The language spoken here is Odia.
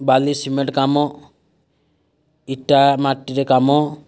ବାଲି ସିମେଣ୍ଟ କାମ ଇଟା ମାଟିରେ କାମ